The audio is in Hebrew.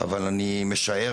אבל אני משער,